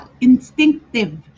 instinctive